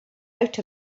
out